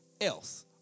else